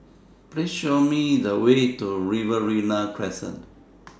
Please Show Me The Way to Riverina Crescent